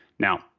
Now